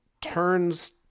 turns